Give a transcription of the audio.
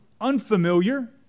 unfamiliar